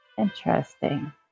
Interesting